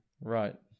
Right